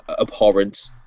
abhorrent